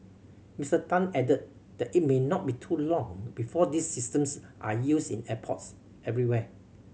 Mister Tan added that it may not be too long before these systems are used in airports everywhere